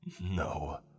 No